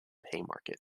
haymarket